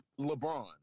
LeBron